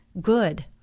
good